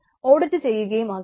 audit ചെയ്യുകയും ആകാം